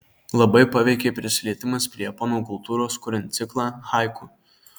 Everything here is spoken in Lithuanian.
labai paveikė prisilietimas prie japonų kultūros kuriant ciklą haiku